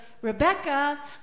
Rebecca